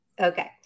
Okay